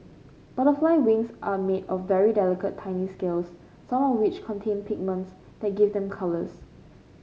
butterfly wings are made of very delicate tiny scales some of which contain pigments that give them colours